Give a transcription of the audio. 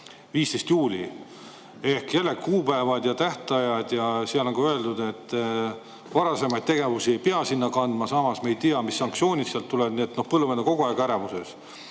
15. juulil. Ehk jälle kuupäevad ja tähtajad. Ja seal on ka öeldud, et varasemaid tegevusi ei pea sinna kandma, samas me ei tea, mis sanktsioonid sealt tulevad. Nii et põllumehed on kogu aeg ärevuses.